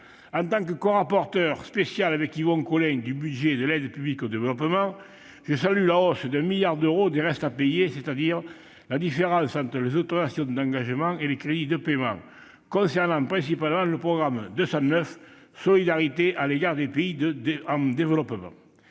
En tant que corapporteur spécial, avec mon collègue Yvon Collin, de la mission « Aide publique au développement », je salue la hausse de 1 milliard d'euros des restes à payer, c'est-à-dire la différence entre les autorisations d'engagement et les crédits de paiement. Cela concerne principalement le programme 209, « Solidarité à l'égard des pays en développement